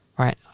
Right